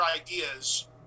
Ideas